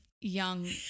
young